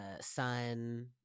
son –